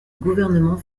gouvernement